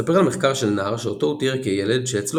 מספר על מחקר של נער שאותו הוא תיאר כילד שאצלו